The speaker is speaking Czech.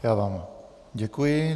Já vám děkuji.